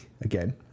again